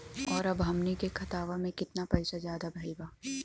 और अब हमनी के खतावा में कितना पैसा ज्यादा भईल बा?